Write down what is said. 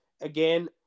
again